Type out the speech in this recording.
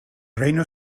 reino